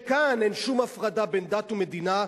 כשכאן אין שום הפרדה בין דת ומדינה,